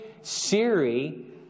Siri